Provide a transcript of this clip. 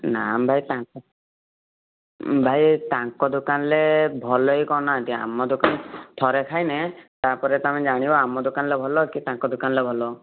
ନା ଭାଇ ତାଙ୍କ ଭାଇ ତାଙ୍କ ଦୋକାନରେ ଭଲକି କରୁନାହାଁନ୍ତି ଆମ ଦୋକାନ ଥରେ ଖାଇନେ ତାପରେ ତମେ ଜାଣିବ ଆମ ଦୋକାନରେ ଭଲ କି ତାଙ୍କ ଦୋକାନରେ ଭଲ